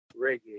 reggae